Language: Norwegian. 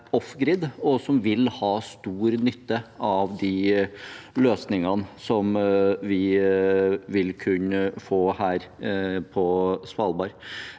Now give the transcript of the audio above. og som vil ha stor nytte av løsningene vi vil kunne få på Svalbard.